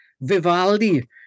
Vivaldi